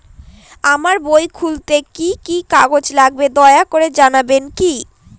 আমার বই খুলতে কি কি কাগজ লাগবে দয়া করে জানাবেন কি?